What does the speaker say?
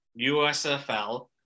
USFL